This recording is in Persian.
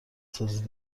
سازی